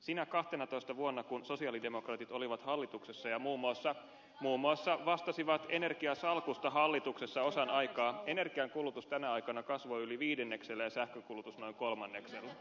niinä kahtenatoista vuotena kun sosialidemokraatit olivat hallituksessa ja muun muassa vastasivat energiasalkusta hallituksessa osan aikaa energiankulutus kasvoi yli viidenneksellä ja sähkönkulutus noin kolmanneksella